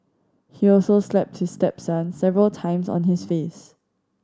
he also slapped his stepson several times on his face